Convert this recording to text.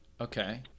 Okay